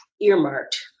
earmarked